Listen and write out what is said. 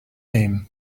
name